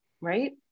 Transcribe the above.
right